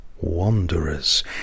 Wanderers